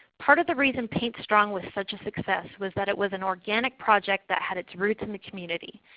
part of the reason paint strong was such a success was that it was an organic project that had its roots in the community.